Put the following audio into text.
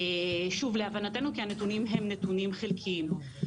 זה להבנתנו, כי הנתונים חלקיים בלבד.